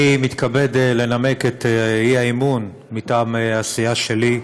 אני מתכבד לנמק את האי-אמון מטעם הסיעה שלי.